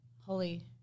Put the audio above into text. holy